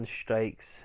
strikes